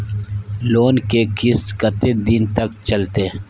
Loan के किस्त कत्ते दिन तक चलते?